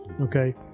Okay